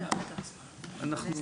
אנחנו